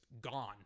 gone